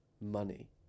money